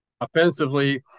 Offensively